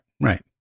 right